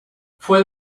fue